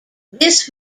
this